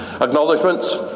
Acknowledgements